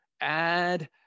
add